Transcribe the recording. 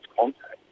contact